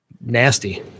nasty